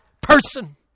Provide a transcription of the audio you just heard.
person